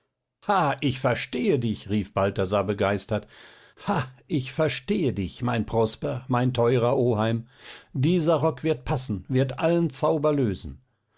ich verstehe dich rief balthasar begeistert ha ich verstehe dich mein prosper mein teurer oheim dieser rock wird passen wird allen zauber lösen